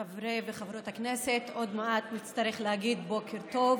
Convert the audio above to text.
חברי וחברות הכנסת, עוד מעט נצטרך להגיד בוקר טוב.